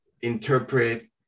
interpret